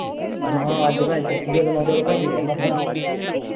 ते महा अज्ज पै छुट्टी ऐ ते महा चलो भाइये करना फोन